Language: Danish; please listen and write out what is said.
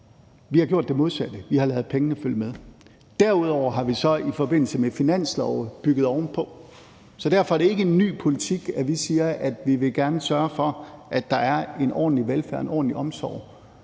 Vi har gjort det modsatte. Vi har ladet pengene følge med. Derudover har vi så i forbindelse med finanslove bygget ovenpå. Så derfor er det ikke en ny politik, at vi siger, at vi gerne vil sørge for, at der er en ordentlig velfærd og en ordentlig omsorg